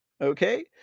Okay